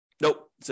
Nope